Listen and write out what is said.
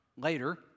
later